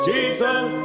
Jesus